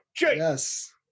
Yes